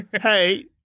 Hey